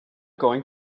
going